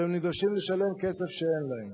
והם נדרשים לשלם כסף שאין להם,